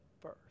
first